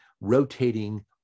rotating